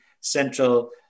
central